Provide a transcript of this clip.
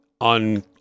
on